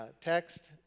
text